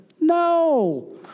no